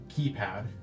keypad